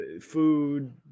food